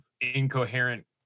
incoherent